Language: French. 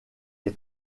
est